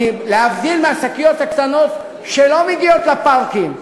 כי להבדיל מהשקיות הקטנות שלא מגיעות לפארקים,